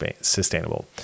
sustainable